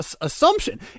assumption